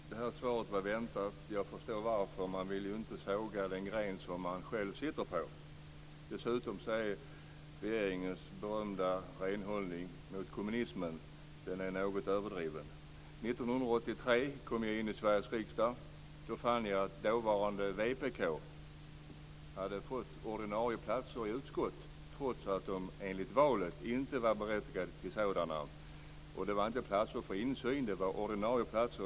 Fru talman! Det här svaret var väntat. Jag förstår varför. Man vill inte såga av den gren man själv sitter på. Dessutom är regeringens berömda renhållning gentemot kommunismen något överdriven. År 1983 kom jag in i Sveriges riksdag. Då fann jag att dåvarande vpk hade fått ordinarie platser i utskott, trots att man enligt valet inte var berättigad till sådana. Det var inte platser för insyn, det var ordinarie platser.